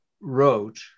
wrote